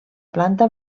planta